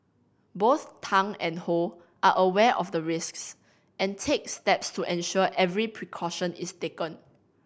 both Tang and Ho are aware of the risks and take steps to ensure every precaution is taken